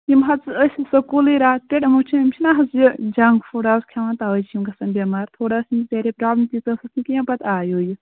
یِم حظ ٲس نہٕ سکوٗلٕے راتہٕ پٮ۪ٹھ یِمو چھِ یِم چھِنہٕ حظ یہِ جنٛک فُڈ اَز کھٮ۪وَن تَوَے چھِ یِم گژھان بٮ۪مار تھوڑا ٲس أمِس کم تیٖژاہ ٲسٕس نہٕ کیٚنٛہہ پَتہٕ آیو یہِ